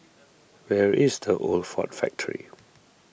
where is the Old Ford Factor